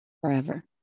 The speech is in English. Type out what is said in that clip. forever